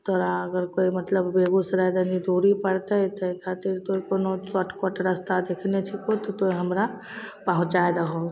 तोरा अगर कोइ मतलब बेगूसराय तनि दूरी पड़तै ताहि खातिर तोँ कोनो शार्टकट रस्ता देखने छिको तऽ तू हमरा पहुँचै दहो